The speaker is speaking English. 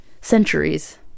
centuries